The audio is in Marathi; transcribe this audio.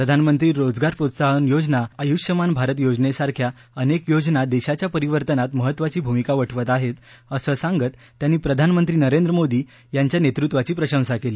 प्रधानमंत्री रोजगार प्रोत्साहन योजना आणि आयुष्मान भारत योजनेसारख्या अनेक योजना देशाच्या परिवर्तनात महत्त्वाची भूमिका वठवत आहेत असं सांगत त्यांनी प्रधानमंत्री नरेंद्र मोदी यांच्या नेतृत्वाची प्रशंसा केली